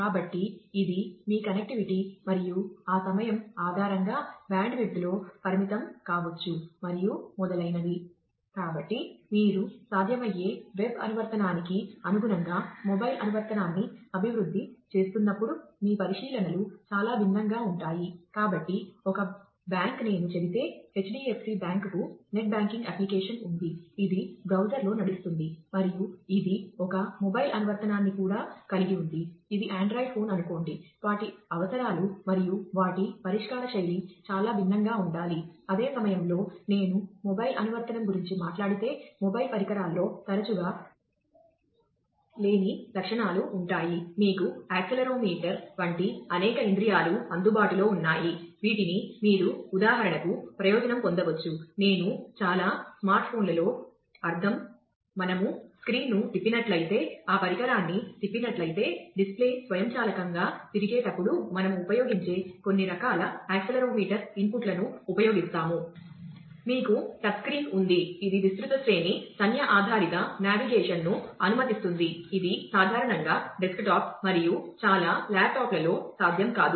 కాబట్టి మీరు అనువర్తనాల శక్తిని ఆప్టిమైజ్ ఉంది ఇది విస్తృత శ్రేణి సంజ్ఞ ఆధారిత నావిగేషన్ను అనుమతిస్తుంది ఇది సాధారణంగా డెస్క్టాప్ మరియు చాలా ల్యాప్టాప్లలో సాధ్యం కాదు